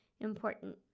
important